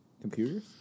Computers